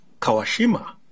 Kawashima